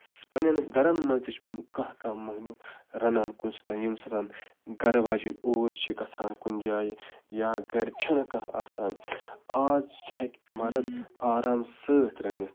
پَنٛنٮ۪ن گَرَن منٛز تہِ چھِ کانٛہہ کانٛہہ مہنیو رَنان کُنہِ ساتہٕ ییٚمہِ ساتہٕ گَرٕ واجیٚنۍ اوٗرۍ چھِ گژھان کُنہِ جایہِ یا گَرِ چھِنہٕ کانٛہہ آسان آز ہیٚکہِ مرد آرام سۭتۍ رٔنِتھ